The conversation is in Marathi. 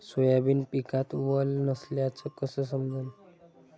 सोयाबीन पिकात वल नसल्याचं कस समजन?